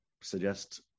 suggest